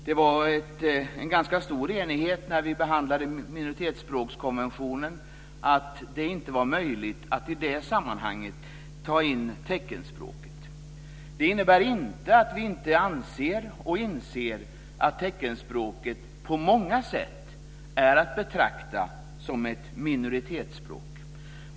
Det var en ganska stor enighet när vi behandlade minoritetsspråkskonventionen om att det inte var möjligt att i det sammanhanget ta in teckenspråket. Det innebär inte att vi inte anser och inser att teckenspråket på många sätt är att betrakta som ett minoritetsspråk.